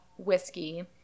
Whiskey